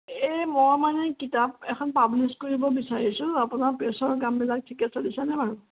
এই মই মানে কিতাপ এখন পাব্লিছ কৰিব বিচাৰিছোঁ আপোনাৰ প্ৰেছৰ কামবিলাক ঠিকে চলিছেনে বাৰু